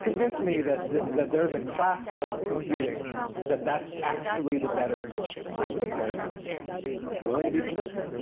convince me that that there is a class of computing that that's actually the better input paradigm for. i'm willing to be convinced.